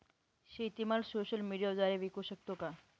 शेतीमाल सोशल मीडियाद्वारे विकू शकतो का?